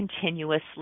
continuously